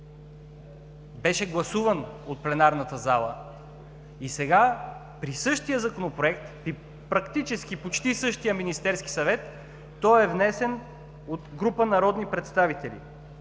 Беше гласуван от пленарната зала и сега, при същия Законопроект и практически почти същия Министерски съвет, той е внесен от група народни представители.